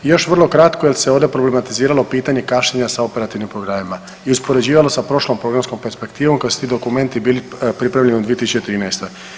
I još vrlo kratko jer se ovdje problematiziralo pitanje kašnjenja sa operativnim programima i uspoređivalo sa prošlom programskom perspektivom kada su ti dokumenti bili pripravljeni u 2013.